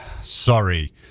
Sorry